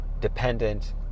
dependent